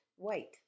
white